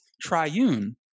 triune